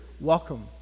Welcome